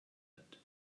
wird